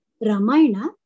Ramayana